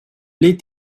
les